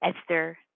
Esther